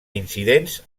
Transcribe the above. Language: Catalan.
incidents